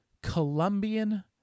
Colombian